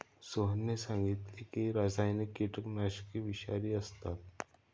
सोहनने सांगितले की रासायनिक कीटकनाशके विषारी असतात